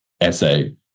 essay